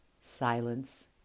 silence